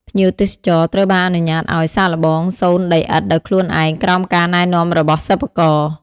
ភ្ញៀវទេសចរត្រូវបានអនុញ្ញាតឱ្យ សាកល្បង សូនដីឥដ្ឋដោយខ្លួនឯងក្រោមការណែនាំរបស់សិប្បករ។